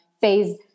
phase